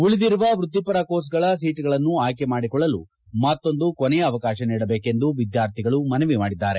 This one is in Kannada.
ಉಳಿದಿರುವ ವೃತ್ತಿಪರ ಕೋರ್ಸ್ನ ಸೀಟ್ಗಳನ್ನು ಆಯ್ಕೆ ಮಾಡಿಕೊಳ್ಳಲು ಮತ್ತೊಂದು ಕೊನೆಯ ಅವಕಾಶ ನೀಡಬೇಕೆಂದು ವಿದ್ಯಾರ್ಥಿಗಳು ಮನವಿ ಮಾಡಿದ್ದಾರೆ